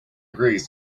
agrees